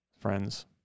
Friends